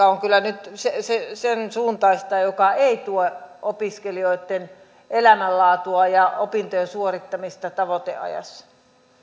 on kyllä nyt sensuuntaista mikä ei tue opiskelijoitten elämänlaatua ja opintojen suorittamista tavoiteajassa